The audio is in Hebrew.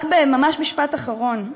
רק ממש משפט אחרון.